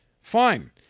Fine